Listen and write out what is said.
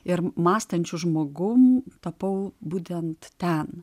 ir mąstančiu žmogum tapau būtent ten